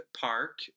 Park